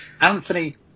Anthony